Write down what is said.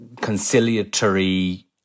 conciliatory